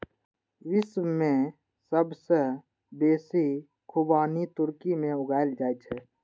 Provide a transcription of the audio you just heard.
विश्व मे सबसं बेसी खुबानी तुर्की मे उगायल जाए छै